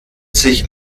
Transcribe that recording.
sich